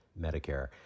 Medicare